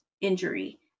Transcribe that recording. injury